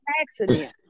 Accident